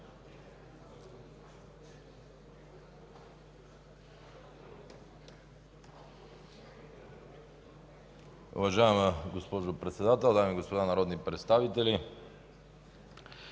Уважаема госпожо Председател, дами и господа народни представители!